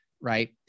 right